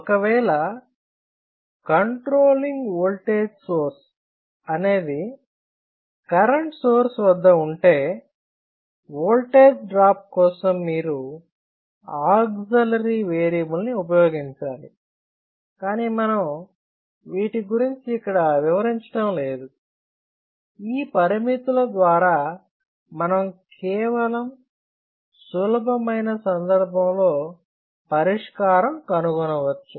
ఒకవేళ controlling voltage source అనేది current source వద్ద ఉంటే ఓల్టేజ్ డ్రాప్ కోసం మీరు ఆక్సిలరీ వేరియబుల్ ని ఉపయోగించాలి కానీ మనం వీటి గురించి ఇక్కడ వివరించడం లేదు ఈ పరిమితులు ద్వారా మనం కేవలం సులభమైన సందర్భంలో పరిష్కారం కనుగొనవచ్చు